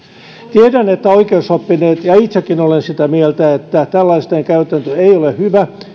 tiedän että oikeusoppineet ovat ja itsekin olen sitä mieltä että tällainen käytäntö ei ole hyvä